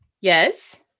Yes